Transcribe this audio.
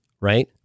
right